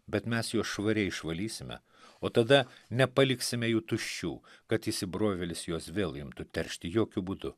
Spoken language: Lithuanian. bet mes juos švariai išvalysime o tada nepaliksime jų tuščių kad įsibrovėlis juos vėl imtų teršti jokiu būdu